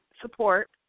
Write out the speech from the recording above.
support